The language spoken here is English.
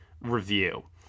review